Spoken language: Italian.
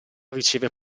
riceve